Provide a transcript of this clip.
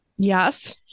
yes